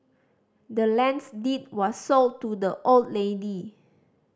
the land's deed was sold to the old lady